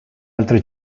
altre